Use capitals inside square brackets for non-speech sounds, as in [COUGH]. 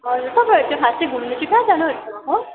हजुर तपाईँहरू चाहिँ खास घुम्नु चाहिँ कहाँ जानु आँट्नु भएको हो [UNINTELLIGIBLE]